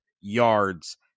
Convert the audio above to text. yards